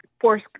force